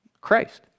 Christ